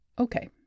Okay